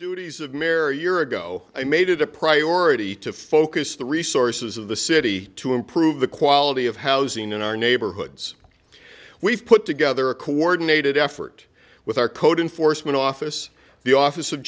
duties of mary a year ago i made it a priority to focus the resources of the city to improve the quality of housing in our neighborhoods we've put together a coordinated effort with our code enforcement office the office of